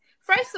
first